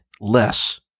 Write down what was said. Less